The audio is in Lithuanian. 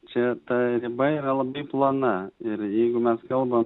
čia ta riba yra labai plona ir jeigu mes kalbam